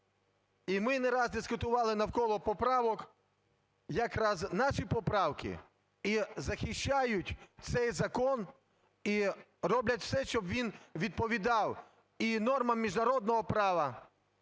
І ми не раз дискутували навколо поправок. Якраз наші поправки і захищають цей закон, і роблять все, щоб він відповідав і нормам міжнародного права,